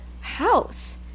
house